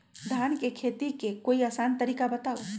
धान के खेती के कोई आसान तरिका बताउ?